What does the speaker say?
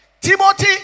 Timothy